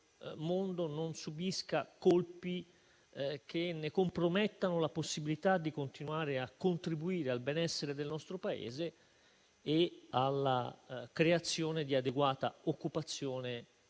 non subisca colpi che compromettano la sua possibilità di continuare a contribuire al benessere del nostro Paese e alla creazione di adeguata occupazione